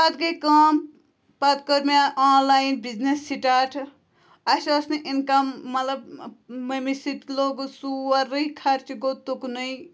پَتہٕ گٔے کٲم پَتہٕ کٔر مےٚ آنلایِن بِزنِس سِٹاٹ اَسہِ ٲس نہٕ اِنکَم مَطلَب مٔمی سۭتۍ لوٚگُس سورُے خرچہِ گوٚو تُکنُے